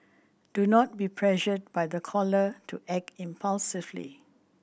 do not be pressured by the caller to act impulsively